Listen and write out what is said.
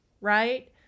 right